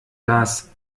dass